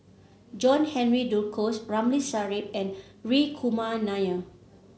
John Henry Duclos Ramli Sarip and Hri Kumar Nair